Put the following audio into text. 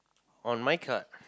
on my card